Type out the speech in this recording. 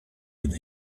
with